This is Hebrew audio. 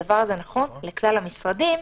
הדבר הזה נכון לכלל המשרדים.